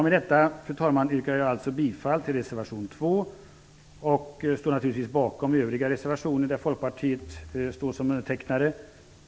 Med detta, fru talman, yrkar jag bifall till reservation 2 och står naturligtvis bakom övriga reservationer där Folkpartiet står som undertecknare.